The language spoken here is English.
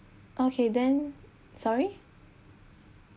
okay then sorry